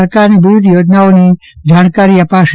સરકારની વિવિધ યોજનાઓની જાણકારી અપાશે